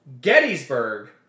Gettysburg